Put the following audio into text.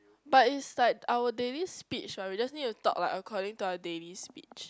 but is like our daily speech what we just need to talk like according to our daily speech